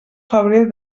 febrer